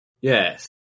Yes